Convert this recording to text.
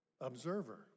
observer